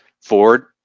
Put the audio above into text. Ford